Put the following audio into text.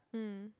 mm